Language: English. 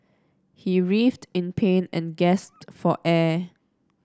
he writhed in pain and gasped for air